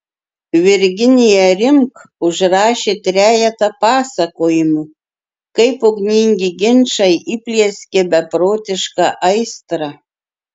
virginija rimk užrašė trejetą pasakojimų kaip ugningi ginčai įplieskė beprotišką aistrą